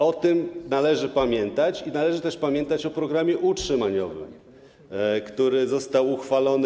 O tym należy pamiętać i należy też pamiętać o programie utrzymaniowym, który został uchwalony.